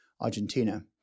Argentina